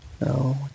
No